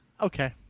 Okay